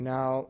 Now